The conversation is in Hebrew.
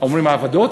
אומרים "עבדות"?